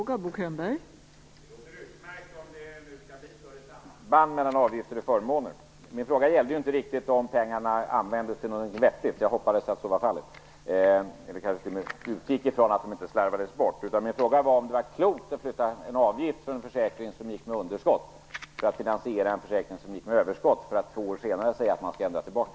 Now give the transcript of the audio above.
Fru talman! Det låter utmärkt att det skall bli ett större samband mellan avgifter och förmåner. Min fråga gällde inte riktigt om pengarna använts till något vettigt. Jag hoppades att så var fallet. Jag utgick kanske t.o.m. ifrån att de inte slarvades bort. Min fråga var om det var klokt att flytta en avgift från en försäkring som gick med underskott för att finansiera en försäkring som gick med överskott för att två år senare säga att man skall ändra tillbaka.